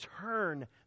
turn